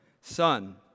son